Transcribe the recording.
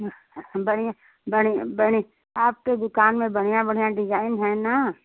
हाँ हाँ बढ़िया बढ़िया बढ़िया आपके दुकान में बढ़िया बढ़िया डिजाइन है न